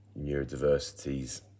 neurodiversities